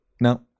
now